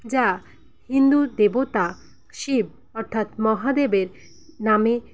যা হিন্দু দেবতা শিব অর্থাৎ মহাদেবের নামে